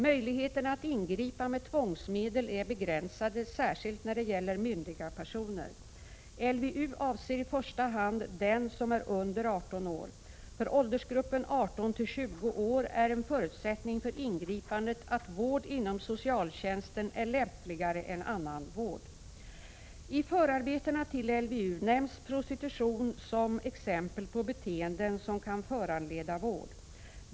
Möjligheterna att ingripa med tvångsmedel är begränsade, särskilt när det gäller myndiga personer. LVU avser i första hand den som är under 18 år. För åldersgruppen 18 till 20 år är en förutsättning för ingripandet att vård inom socialtjänsten är lämpligare än annan vård. I förarbetena till LVU nämns prostitution som exempel på beteenden som kan föranleda vård.